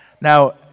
Now